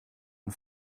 and